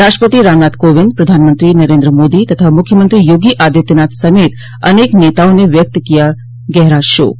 राष्ट्रपति रामनाथ कोविंद प्रधानमंत्री नरेन्द्र मोदी तथा मुख्यमंत्री योगी आदित्यनाथ समेत अनेक नताओं ने व्यक्त किया गहरा शोक